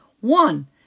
One